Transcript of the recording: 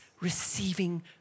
receiving